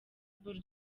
bull